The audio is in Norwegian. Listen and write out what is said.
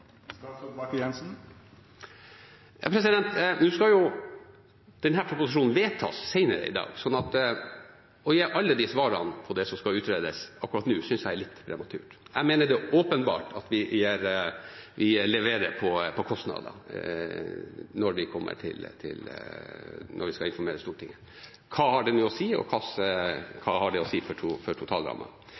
Nå skal jo denne proposisjonen vedtas senere i dag, så å gi alle svarene akkurat nå på det som skal utredes, synes jeg er litt prematurt. Jeg mener det er åpenbart at vi leverer på kostnader når vi skal informere Stortinget – hva det har å si for totalrammen. Når det gjelder hvilken type helikopter som eventuelt skal brukes, mener jeg det er for tidlig å si